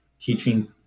teaching